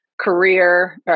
Career